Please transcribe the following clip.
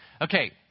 Okay